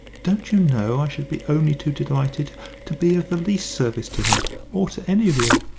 don't you know i should be only too delighted to be of the least service to him or to any of you?